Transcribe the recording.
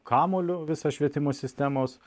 kamuoliu visą švietimo sistemos